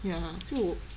ya lah 就